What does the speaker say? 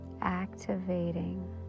activating